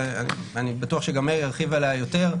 ואני בטוח שגם מאיר ירחיב עליה יותר,